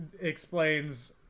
explains